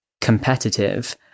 competitive